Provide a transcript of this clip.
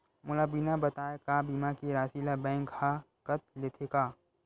मोला बिना बताय का बीमा के राशि ला बैंक हा कत लेते का?